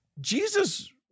Jesus